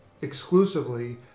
exclusively